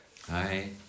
Hi